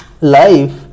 life